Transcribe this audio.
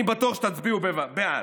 אני בטוח שתצביעו בעד.